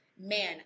Man